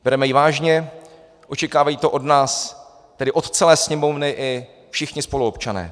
Bereme ji vážně, očekávají to od nás, tedy od celé Sněmovny, i všichni spoluobčané.